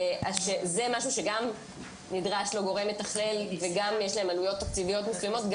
זה משהו שגם נדרש לו גורם מתכלל וגם יש להם עלויות תקציביות מסוימות.